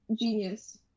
genius